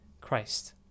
Christ